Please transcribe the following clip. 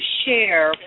share